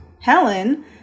Helen